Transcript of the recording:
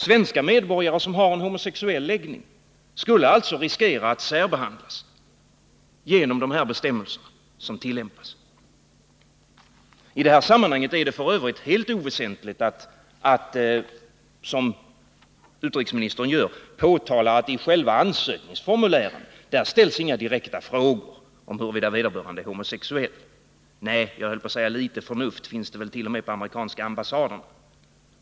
Svenska medborgare som har en homosexuell läggning skulle alltså riskera att särbehandlas genom de bestämmelser som tillämpas i USA. I detta sammanhang är det f. ö. helt oväsentligt att, som utrikesministern gör, peka på att det i själva ansökningsformuläret inte ställs några direkta frågor om huruvida den person det gäller är homosexuell. Nej, skulle jag vilja säga, litet förnuft finns det väl t.o.m. på de amerikanska ambassaderna.